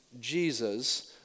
Jesus